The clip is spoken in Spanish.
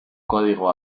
código